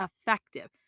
effective